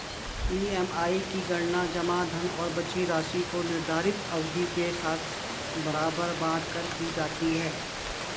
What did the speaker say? EMI की गणना जमा धन और बची राशि को निर्धारित अवधि के साथ बराबर बाँट कर की जाती है